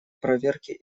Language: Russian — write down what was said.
проверки